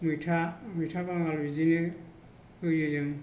मैथा मैथा बांगाल बिदि फोयो जों